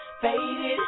Faded